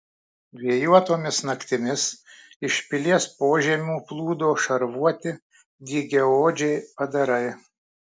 vėjuotomis naktimis iš pilies požemių plūdo šarvuoti dygiaodžiai padarai